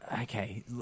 Okay